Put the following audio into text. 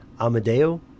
Amadeo